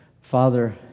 Father